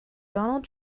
donald